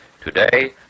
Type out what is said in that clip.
Today